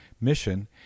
mission